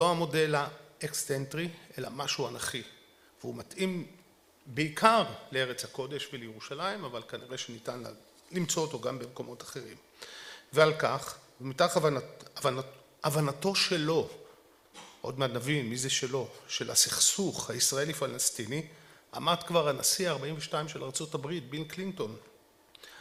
לא המודל האקסטנטרי אלא משהו אנכי והוא מתאים בעיקר לארץ הקודש ולירושלים אבל כנראה שניתן למצוא אותו גם במקומות אחרים ועל כך מתוך הבנתו שלו עוד מעט נבין מי זה שלו של הסכסוך הישראלי פלסטיני עמד כבר הנשיא ארבעים ושתיים של ארצות הברית ביל קלינטון